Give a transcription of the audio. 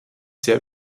sehr